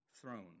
throne